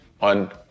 on